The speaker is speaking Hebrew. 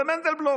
זה מנדלבלוף.